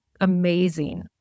amazing